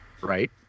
Right